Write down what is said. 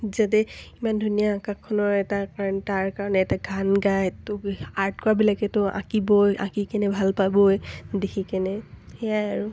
যাতে ইমান ধুনীয়া আকাশখনৰ এটা কাৰণ তাৰ কাৰণে এটা গান গায় তো আৰ্ট কৰবিলাকেতো আঁকিবই আঁকি কেনে ভাল পাবই দেখি কেনে সেয়াই আৰু